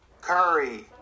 Curry